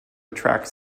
attract